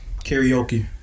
Karaoke